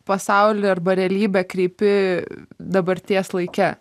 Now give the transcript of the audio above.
pasaulį arba realybę kreipi dabarties laike